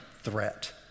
threat